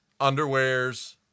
underwears